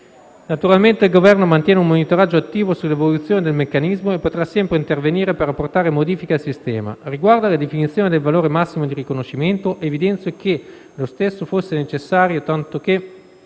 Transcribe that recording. Naturalmente il Governo mantiene un monitoraggio attivo sull'evoluzione del meccanismo e potrà sempre intervenire per apportare modifiche al sistema. Riguardo alla definizione del valore massimo di riconoscimento, evidenzio che lo stesso fosse necessario, tanto che